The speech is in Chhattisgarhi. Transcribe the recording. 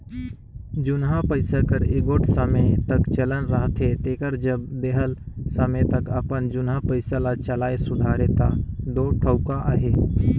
जुनहा पइसा कर एगोट समे तक चलन रहथे तेकर जब देहल समे तक अपन जुनहा पइसा ल चलाए सुधारे ता दो ठउका अहे